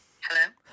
Hello